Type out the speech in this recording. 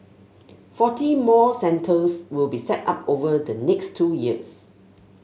forty more centres will be set up over the next two years